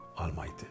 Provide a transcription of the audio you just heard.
Almighty